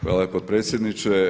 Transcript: Hvala potpredsjedniče.